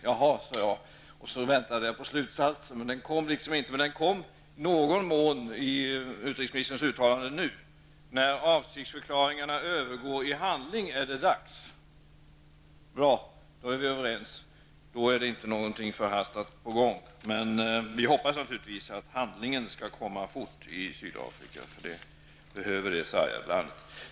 Jaha, sade jag, och så väntade jag på slutsatsen, men den kom aldrig. Den kom i stället i någon mån i utrikesministerns uttalande nu: När avsiktsförklaringarna övergår i handling är det dags. Bra! Då är vi överens. Då är inte någonting förhastat på gång. Men vi hoppas naturligtvis att handlingen skall komma fort i Sydafrika -- det behöver det sargade landet.